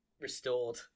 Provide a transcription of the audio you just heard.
restored